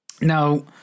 Now